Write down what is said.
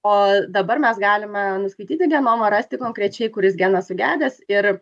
o dabar mes galime nuskaityti genomą rasti konkrečiai kuris genas sugedęs ir